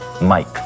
Mike